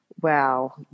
Wow